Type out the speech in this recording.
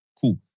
Cool